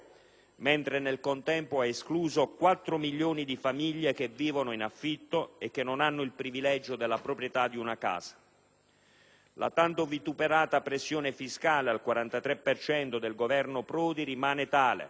mentre nel contempo ha escluso quattro milioni di famiglie che vivono in affitto e che non hanno il privilegio della proprietà di una casa. La tanto vituperata pressione fiscale al 43 per cento del Governo Prodi rimane tale,